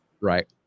right